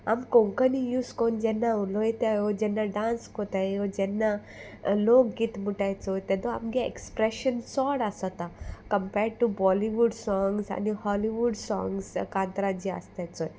आमी कोंकणी यूज कोन्न जेन्ना उलोयताय ओ जेन्ना डांस कोत्ताय ओ जेन्ना लोक गीत मुणटाय चोय तेदो आमगे एक्सप्रेशन चोड आसोता कंपेर्ड टू बॉलीवूड सोंग्स आनी हॉलिवूड सोंग्स कांतराचे आसताय चोय